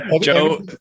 Joe